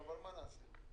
בטח.